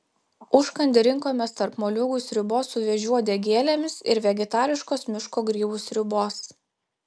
užkandį rinkomės tarp moliūgų sriubos su vėžių uodegėlėmis ir vegetariškos miško grybų sriubos